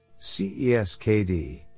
CESKD